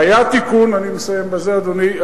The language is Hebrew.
אני מסיים בזה, אדוני.